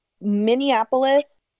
Minneapolis